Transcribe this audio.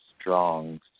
strong